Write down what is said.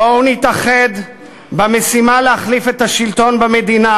בואו נתאחד במשימה להחליף את השלטון במדינה,